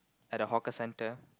at the hawker centre